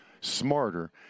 smarter